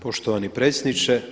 Poštovani predsjedniče!